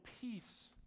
peace